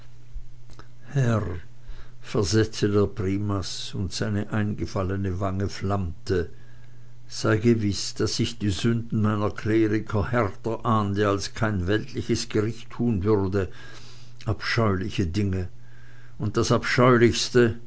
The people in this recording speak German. herr versetzte der primas und seine eingefallene wange flammte sei gewiß daß ich die sünden meiner kleriker härter ahnde als kein weltliches gericht tun würde abscheuliche dinge und das abscheulichste